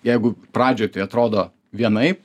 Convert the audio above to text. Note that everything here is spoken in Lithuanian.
jeigu pradžioj tai atrodo vienaip